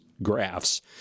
Graphs